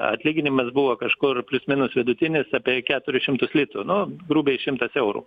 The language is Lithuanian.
atlyginimas buvo kažkur plius minus vidutinis apie keturis šimtus litų nu grubiai šimtas eurų